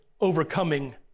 overcoming